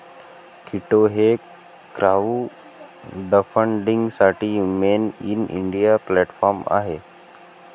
कीटो हे क्राउडफंडिंगसाठी made in India platform आहे